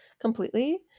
completely